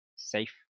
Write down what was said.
Safe